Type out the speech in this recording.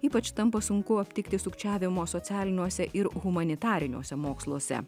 ypač tampa sunku aptikti sukčiavimo socialiniuose ir humanitariniuose moksluose